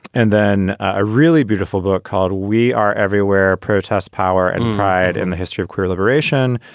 and then a really beautiful book called we are everywhere a protest, power and pride in the history of queer liberation,